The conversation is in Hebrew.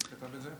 מי כתב את זה?